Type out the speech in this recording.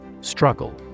Struggle